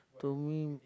to me